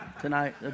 tonight